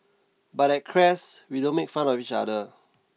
but at Crest we don't make fun of each other